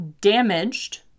damaged